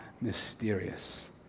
mysterious